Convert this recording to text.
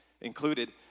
included